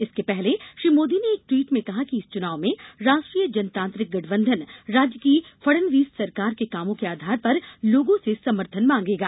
इसके पहले श्री मोदी ने एक ट्वीट में कहा कि इस च्नाव में राष्ट्रीय जनतांत्रिक गठबंधन राज्य की फड़णवीस सरकार के कामो के आधार पर लोगों से समर्थन मांगेगा